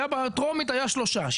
בטרומית היה שלושה.